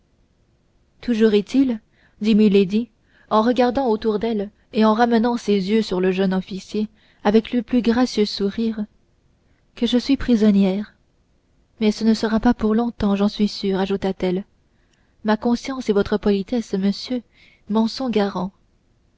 toujours est-il dit milady en regardant autour d'elle et en ramenant ses yeux sur le jeune officier avec le plus gracieux sourire que je suis prisonnière mais ce ne sera pas pour longtemps j'en suis sûre ajouta-t-elle ma conscience et votre politesse monsieur